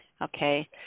Okay